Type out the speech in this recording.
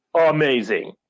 amazing